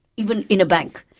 even in a bank,